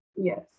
Yes